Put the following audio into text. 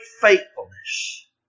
faithfulness